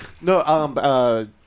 no